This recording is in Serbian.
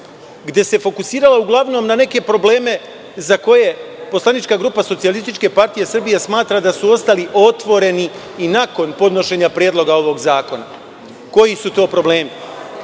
gde se fokusirala uglavnom na neke probleme za koje poslanička grupa SPS smatra da su ostali otvoreni i nakon podnošenja Predloga ovog zakona. Koji su to problemi? Imao